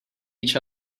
each